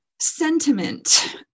sentiment